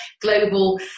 global